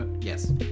Yes